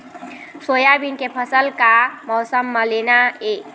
Soybean के फसल का मौसम म लेना ये?